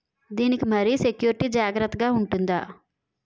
దీని కి మరి సెక్యూరిటీ జాగ్రత్తగా ఉంటుందా?